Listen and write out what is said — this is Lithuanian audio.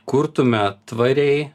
kurtume tvariai